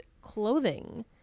clothing